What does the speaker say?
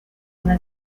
una